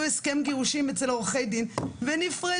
הסכם גירושין אצל עורכי דין ונפרדו.